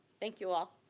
thank you all.